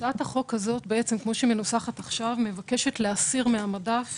הצעת החוק הזאת כפי שמנוסחת עכשיו מבקשת להסיר מן המדף